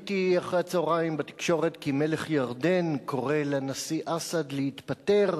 ראיתי אחרי-הצהריים בתקשורת כי מלך ירדן קורא לנשיא אסד להתפטר.